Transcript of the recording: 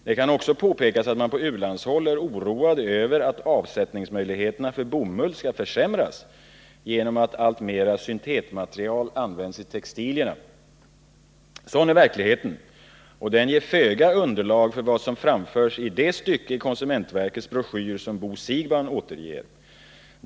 Det kan också påpekas att man på u-landshåll är oroad över att avsättningsmöjligheterna för bomull skall försämras genom att alltmera syntetmaterial används i textilier. Sådan är verkligheten, och den ger föga underlag för vad som framförs i det stycke i konsumentverkets broschyr som Bo Siegbahn återger.